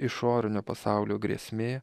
išorinio pasaulio grėsmė